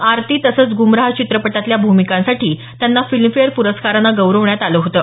आरती तसंच ग्रमराह चित्रपटातल्या भूमिकांसाठी त्यांना फिल्मफेअर पुरस्कारानं गौरवण्यात आलं होतं